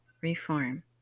reform